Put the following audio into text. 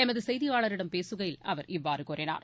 எமதுசெய்தியாளரிடம் பேசுகையில் அவர் இவ்வாறுகூறினார்